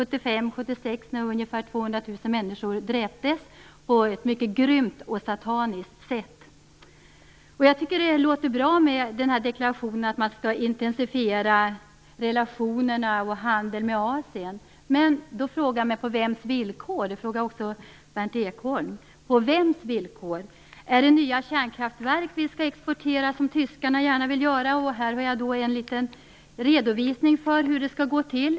200 000 människor på ett mycket grymt och sataniskt sätt. Jag tycker att det som sägs i deklarationen om att man skall intensifiera relationerna och handeln med Asien låter bra. Men jag undrar: På vems villkor? Den frågan kan jag även ställa till Berndt Ekholm. Är det nya kärnkraftverk som vi skall exportera? Det vill ju tyskarna gärna göra. Jag har här en liten redovisning för hur det skall gå till.